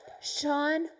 Sean